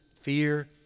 fear